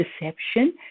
deception